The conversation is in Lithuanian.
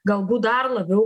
galbūt dar labiau